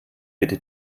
bitte